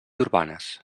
urbanes